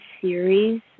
series